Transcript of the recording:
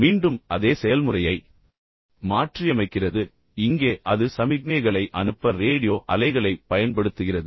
மீண்டும் அதே செயல்முறையை மாற்றியமைக்கிறது இங்கே அது சமிக்ஞைகளை அனுப்ப ரேடியோ அலைகளைப் பயன்படுத்துகிறது